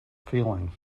feeling